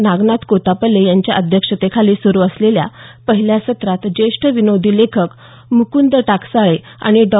नागनाथ कोत्ताप्ले यांच्या अध्यक्षतेखाली सुरू असलेल्या पहिल्या सत्रात ज्येष्ठ विनोदी लेखक मुकंद टाकसाळे आणि डॉ